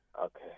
Okay